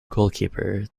goalkeeper